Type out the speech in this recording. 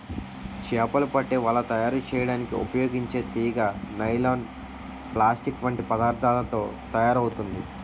చేపలు పట్టే వల తయారు చేయడానికి ఉపయోగించే తీగ నైలాన్, ప్లాస్టిక్ వంటి పదార్థాలతో తయారవుతుంది